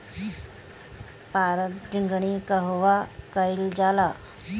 पारद टिक्णी कहवा कयील जाला?